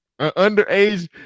underage